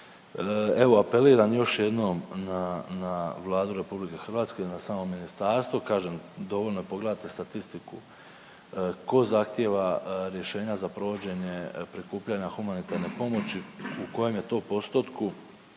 Evo, apeliram još jednom na na Vladu RH na samo ministarstvo. Kažem dovoljno je pogledati statistiku tko zahtjeva rješenja za provođenje prikupljanja humanitarne pomoći, u kojem je to postotku